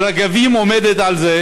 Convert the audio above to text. ו"רגבים" עומדת על זה